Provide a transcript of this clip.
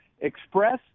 express